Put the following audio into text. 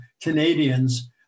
Canadians